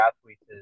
athletes